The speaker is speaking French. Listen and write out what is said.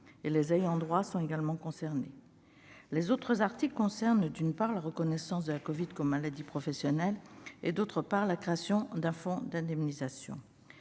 Les ayants droit sont également concernés. Les autres articles concernent, d'une part, la reconnaissance de la Covid comme maladie professionnelle et, d'autre part, la création d'un fonds d'indemnisation.